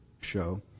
show